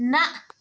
نہ